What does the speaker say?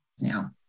now